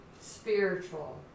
spiritual